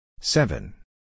Seven